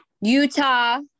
Utah